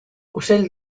ocell